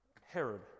Herod